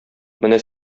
менә